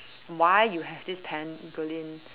why you have this pangolin